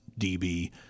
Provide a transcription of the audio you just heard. DB